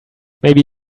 maybe